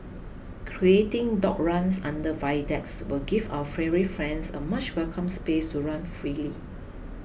creating dog runs under viaducts will give our furry friends a much welcome space to run freely